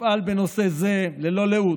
אפעל בנושא זה ללא לאות,